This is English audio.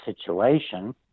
situation